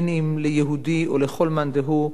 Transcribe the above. אם ליהודי או לכל מאן דהוא,